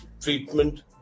treatment